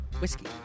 whiskey